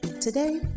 Today